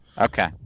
Okay